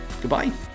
Goodbye